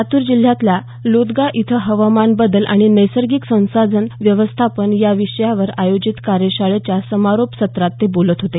लातूर जिल्ह्यातल्या लोदगा इथं हवामान बदल आणि नैसर्गिक संसाधन व्यवस्थापन या विषयावर आयोजित कार्यशाळेच्या समारोप सत्रात ते बोलत होते